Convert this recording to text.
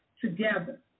together